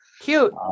Cute